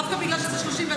דווקא בגלל שזה 30,